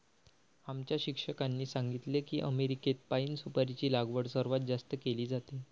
आमच्या शिक्षकांनी सांगितले की अमेरिकेत पाइन सुपारीची लागवड सर्वात जास्त केली जाते